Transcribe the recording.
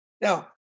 Now